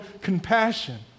compassion